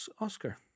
Oscar